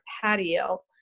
patio